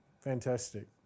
Fantastic